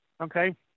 okay